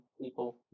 people